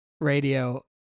radio